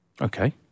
Okay